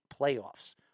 playoffs